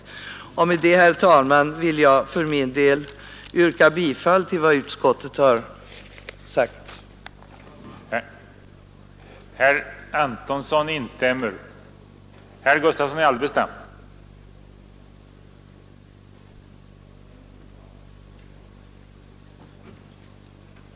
Med det, herr talman, vill jag yrka bifall till vad utskottet har hemställt.